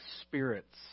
spirits